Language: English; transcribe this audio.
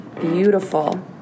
Beautiful